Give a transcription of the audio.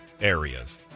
areas